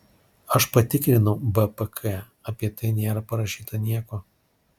aš patikrinau bpk apie tai nėra parašyta nieko